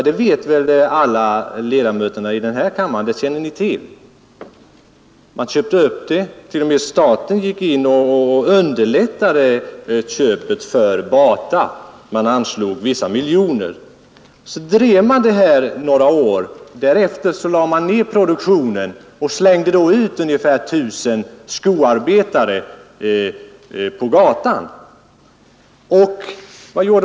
Det känner väl alla kammarens ledamöter till. Man köpte upp det. Staten gick t.o.m. in och underlättade köpet för Bata — ett antal miljoner anslogs. Så drev man produktionen några år. Därefter lade man ned den och slängde ut ungefär 1 000 skoarbetare på gatan.